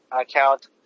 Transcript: account